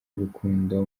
urukundo